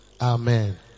amen